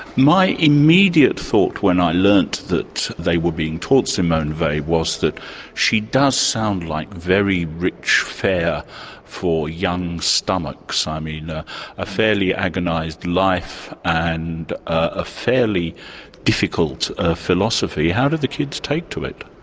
my immediate thought when i learned that they were being taught simone weil was that she does sound like very rich fare for young stomachs. i mean ah a fairly agonised life, and a fairly difficult philosophy. how did the kids take to it?